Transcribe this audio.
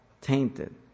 tainted